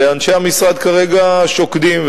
ואנשי המשרד כרגע שוקדים.